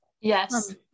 Yes